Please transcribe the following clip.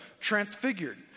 transfigured